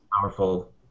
powerful